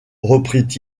reprit